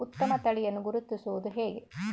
ಉತ್ತಮ ತಳಿಯನ್ನು ಗುರುತಿಸುವುದು ಹೇಗೆ?